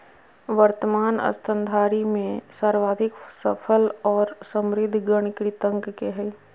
वर्तमान स्तनधारी में सर्वाधिक सफल और समृद्ध गण कृंतक के हइ